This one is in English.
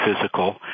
physical